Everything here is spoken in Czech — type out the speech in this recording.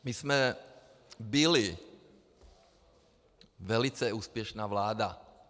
My jsme byli velice úspěšná vláda.